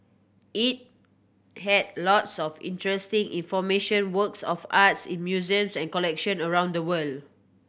it had lots of interesting information works of arts in museums and collection around the world